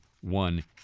one